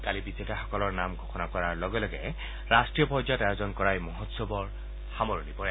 কালি বিজেতাসকলৰ নাম ঘোষণা কৰাৰ লগে লগে ৰাষ্ট্ৰীয় পৰ্যায়ত আয়োজন কৰা এই মহোৎসৱৰ সামৰণি পৰে